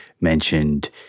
mentioned